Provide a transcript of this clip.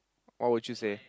what would you say